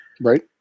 Right